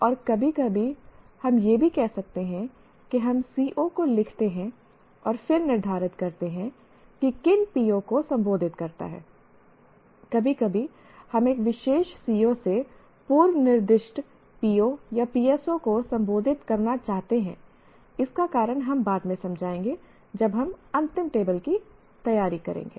और कभी कभी हम यह भी कह सकते हैं कि हम CO को लिखते हैं और फिर निर्धारित करते हैं कि किन PO को संबोधित करता है कभी कभी हम एक विशेष CO से पूर्व निर्दिष्ट PO या PSO को संबोधित करना चाहते हैं इसका कारण हम बाद में समझाएंगे जब हम अंतिम टेबल की तैयारी करेंगे